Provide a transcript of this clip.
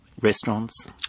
restaurants